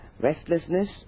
Restlessness